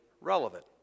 relevant